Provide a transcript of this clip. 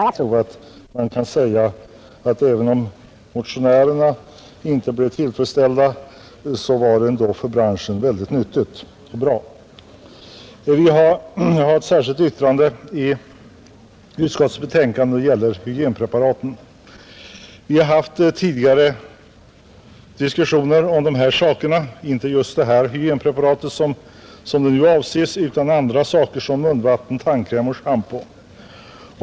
Herr talman! Först vill jag uttrycka min tillfredsställelse över den kompromiss som träffats i skatteutskottet när det gällde guldsmedsskatten. Vi har tidigare debatterat den frågan många gånger och det har varit många motioner. Nu har vi äntligen fått ett slut på det hela. Jag tror man kan säga att även om motionärerna inte blivit tillfredsställda, så är resultatet för branschen nyttigt och bra. Vi har emellertid i anslutning till motionerna fogat ett särskilt yttrande till utskottets betänkande när det gäller hygienpreparaten. Tidigare har det förts diskussioner om hygienpreparaten — inte just det här preparatet som nu avses utan andra saker såsom munvatten, tandkräm och schamponeringsmedel.